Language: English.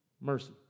mercy